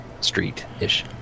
street-ish